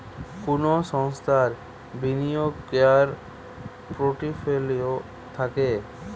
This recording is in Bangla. কুনো সংস্থার বিনিয়োগ কোরার পোর্টফোলিও থাকে